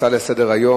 הצעה לסדר-היום,